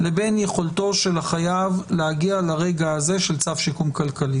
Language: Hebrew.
לבין יכולתו של החייב להגיע לרגע הזה של צו שיקום כלכלי.